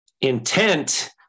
intent